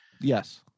Yes